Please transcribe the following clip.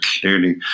clearly